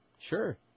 Sure